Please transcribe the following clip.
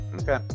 okay